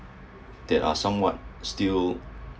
there are somewhat still